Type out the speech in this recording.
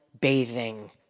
bathing